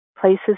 places